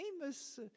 famous